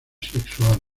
sexual